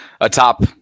atop